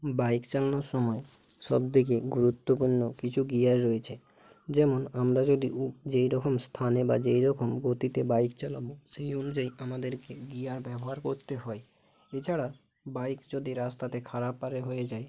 bike চালানোর সময় সবথেকে গুরুত্বপূর্ণ কিছু গিয়ার রয়েছে যেমন আমরা যদি উ যেই রকম স্থানে বা যেই রকম গতিতে বাইক চালাব সেই অনুযায়ী আমাদেরকে গিয়ার ব্যবহার করতে হয় এছাড়া বাইক যদি রাস্তাতে খারাপ আরে হয়ে যায়